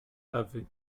ewy